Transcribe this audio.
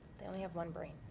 they only have one brain,